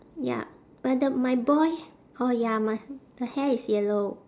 ya but the my boy oh ya my the hair is yellow